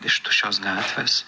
iš tuščios gatvės